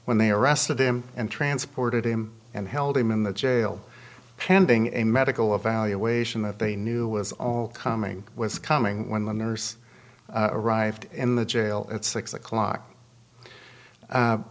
when they arrested him and transported him and held him in the jail pending a medical evaluation that they knew was all coming was coming when the nurse arrived in the jail at six o'clock